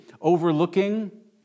overlooking